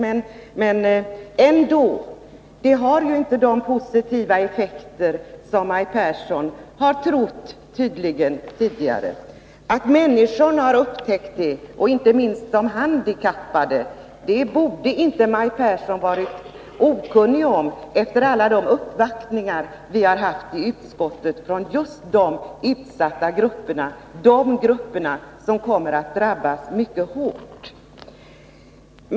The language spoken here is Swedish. Detta förslag får inte de positiva effekter som Maj Pehrsson tidigare tydligen trodde att det skulle ha. Att människorna, inte minst de handikappade, har upptäckt det borde Maj Pehrsson inte vara okunnig om, efter alla de uppvaktningar vi haft i utskottet från just de utsatta grupperna, de grupper som kommer att drabbas mycket hårt.